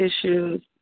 issues